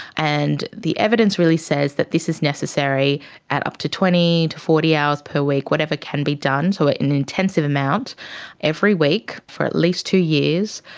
and the evidence really says that this is necessary at up to twenty to forty hours per week, whatever can be done, so an intensive amount every week for at least two years,